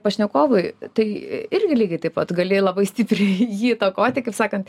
pašnekovui tai irgi lygiai taip pat gali labai stipriai jį įtakoti kaip sakant